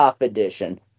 edition